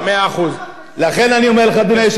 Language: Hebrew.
לכן אני אומר לך, אדוני היושב-ראש, נא לסיים.